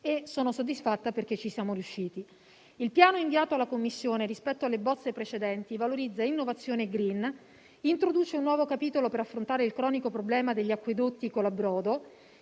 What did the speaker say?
e sono soddisfatta perché ci siamo riusciti. Il piano inviato alla Commissione, rispetto alle bozze precedenti, valorizza innovazione *green*, introduce un nuovo capitolo per affrontare il cronico problema degli acquedotti colabrodo,